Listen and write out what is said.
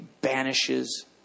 banishes